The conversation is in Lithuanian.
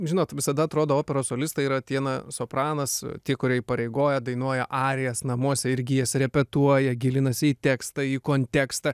žinot visada atrodo operos solistai yra tie na sopranas tie kurie įpareigoja dainuoja arijas namuose irgi jas repetuoja gilinasi į tekstą į kontekstą